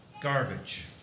garbage